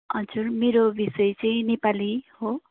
हजुर मेरो विषय चाहिँ नेपाली हो